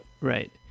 Right